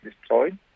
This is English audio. destroyed